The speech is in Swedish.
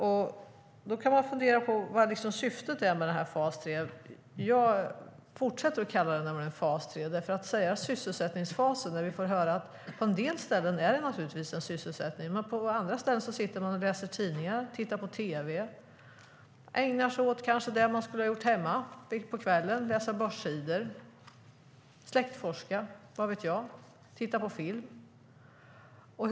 Man kan fundera på vad syftet är med fas 3. Jag fortsätter nämligen att kalla det för fas 3 i stället för att säga sysselsättningsfasen. På en del ställen är det naturligtvis en sysselsättning. Men vi får också höra att man på andra ställen sitter och läser tidningar, tittar på tv, ägnar sig åt det man kanske skulle ha gjort hemma på kvällen, läser börssidor, släktforskar, tittar på film - vad vet jag?